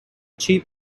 cheap